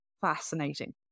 fascinating